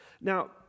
Now